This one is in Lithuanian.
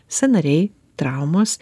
sąnariai traumos